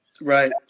Right